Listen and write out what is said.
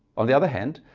on the other hand,